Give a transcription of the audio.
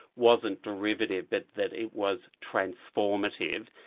wasn't derivative, but that it was transformative,